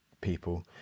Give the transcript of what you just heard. people